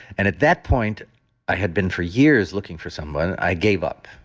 and at that point i had been for years looking for someone, i gave up.